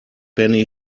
penny